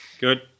Good